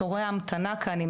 תורי המתנה כאן,